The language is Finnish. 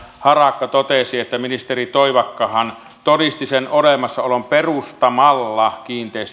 harakka totesi että ministeri toivakkahan todisti sen olemassaolon perustamalla kiinteistöyhtiön belgiaan